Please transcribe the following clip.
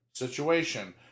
situation